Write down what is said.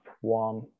one